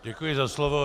Děkuji za slovo.